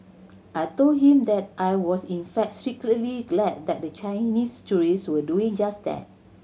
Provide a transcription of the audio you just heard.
I told him that I was in fact secretly glad that the Chinese tourists were doing just that